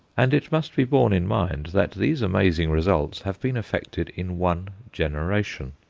and it must be borne in mind that these amazing results have been effected in one generation.